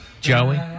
joey